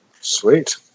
Sweet